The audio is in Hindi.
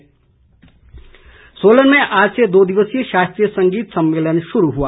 शास्त्रीय संगीत सोलन में आज से दो दिवसीय शास्त्रीय संगीत सम्मेलन शुरू हुआ